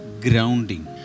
grounding